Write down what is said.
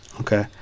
Okay